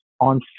on